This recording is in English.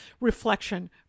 reflection